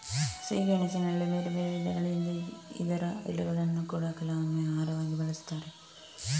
ಸಿಹಿ ಗೆಣಸಿನಲ್ಲಿ ಬೇರೆ ಬೇರೆ ವಿಧಗಳಿದ್ದು ಇದರ ಎಲೆಗಳನ್ನ ಕೂಡಾ ಕೆಲವೊಮ್ಮೆ ಆಹಾರವಾಗಿ ಬಳಸ್ತಾರೆ